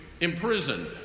imprisoned